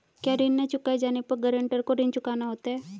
क्या ऋण न चुकाए जाने पर गरेंटर को ऋण चुकाना होता है?